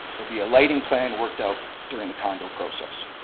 there'll be a lighting plan worked out during the condo process.